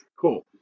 Cool